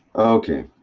okay.